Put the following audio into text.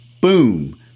Boom